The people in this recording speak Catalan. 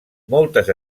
moltes